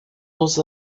nos